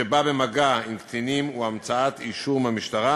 שבא במגע עם קטינים, הוא המצאת אישור מהמשטרה